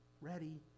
ready